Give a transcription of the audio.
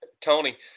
Tony